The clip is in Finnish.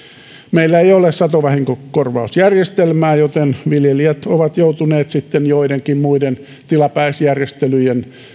meillä ei ole satovahinkokorvausjärjestelmää joten viljelijät ovat joutuneet sitten joidenkin tilapäisjärjestelyjen